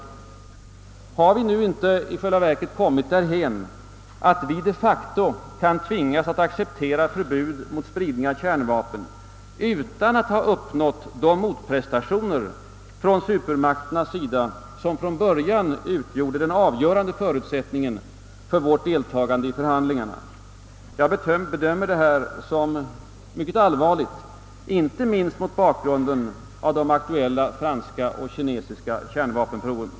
Har vi nu inte i själva verket kommit därhän att vi de facto kan tvingas att acceptera förbud mot spridning av kärnvapen utan att ha uppnått de motprestationer från supermakternas sida som från början utgjorde den avgörande förutsättningen för vårt deltagande i förhandlingarna? Jag bedömer detta som mycket allvarligt, inte minst mot bakgrunden av de aktuella franska och kinesiska kärnvapenproven.